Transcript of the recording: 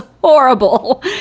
horrible